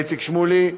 איציק שמולי,